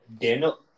Daniel